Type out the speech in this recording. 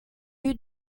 you